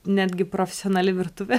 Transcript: netgi profesionali virtuvė